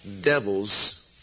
devils